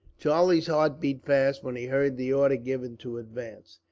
charlie's heart beat fast when he heard the order given to advance.